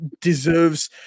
deserves